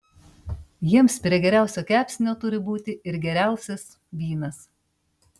jiems prie geriausio kepsnio turi būti ir geriausias vynas